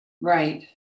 Right